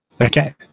Okay